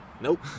Nope